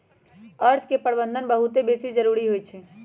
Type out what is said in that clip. अर्थ के प्रबंधन बहुते बेशी जरूरी होइ छइ